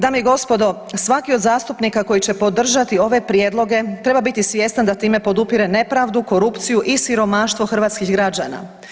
Dame i gospodo, svaki od zastupnika koji će podržati ove prijedloge treba biti svjestan da time podupire nepravdu, korupciju i siromaštvo hrvatskih građana.